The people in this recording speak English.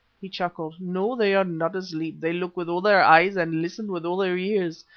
he chuckled. no, they are not asleep they look with all their eyes and listen with all their ears,